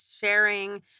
sharing